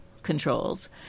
controls